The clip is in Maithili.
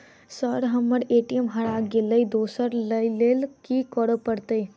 सर हम्मर ए.टी.एम हरा गइलए दोसर लईलैल की करऽ परतै?